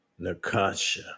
Nakasha